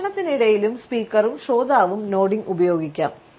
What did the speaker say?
സംഭാഷണത്തിനിടയിലും സ്പീക്കറും ശ്രോതാവും നോഡിംഗ് ഉപയോഗിക്കാം